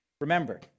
Remember